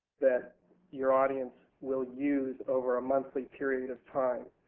that your audience will use over a monthly period of time.